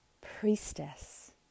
priestess